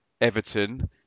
Everton